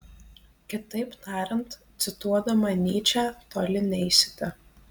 kitaip tariant cituodama nyčę toli neisite